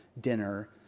dinner